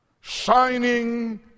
shining